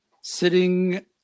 sitting